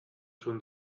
schon